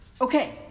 Okay